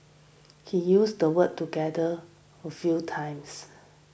he used the word together a few times